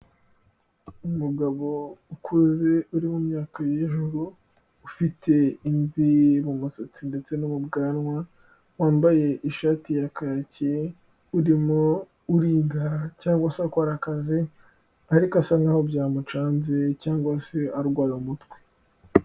Umugabo ukuze uri mu myaka y'ejuru ufite imvi mu musatsi ndetse no mu bwanwa, wambaye ishati ya kaki urimo uriga cyangwa se akora akazi, ariko asa nkaho byamucanze cyangwa se arwaye umutwe.